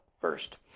First